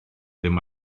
ddim